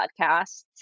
podcasts